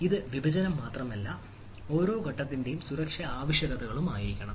ഇത് വിഭജനം മാത്രമല്ല ഓരോ ഘട്ടത്തിന്റെയും സുരക്ഷാ ആവശ്യകതകളും ആയിരിക്കണം